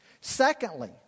secondly